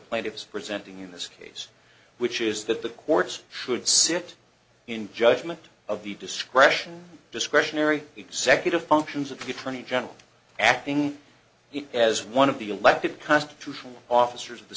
plaintiffs presenting in this case which is that the courts should sit in judgment of the discretion discretionary executive functions of the attorney general acting as one of the elected constitutional officers of the